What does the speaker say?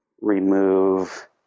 remove